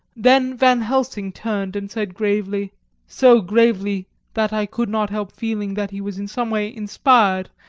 then van helsing turned and said gravely so gravely that i could not help feeling that he was in some way inspired,